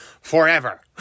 forever